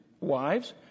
wives